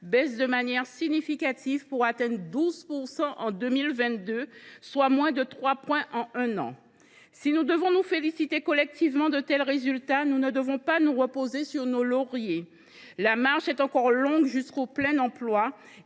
baisse de manière significative, pour atteindre 12 % en 2022, soit une baisse de trois points en un an. Si nous devons nous féliciter collectivement de tels résultats, nous ne devons pas nous reposer sur nos lauriers. La marche est encore longue jusqu’au plein emploi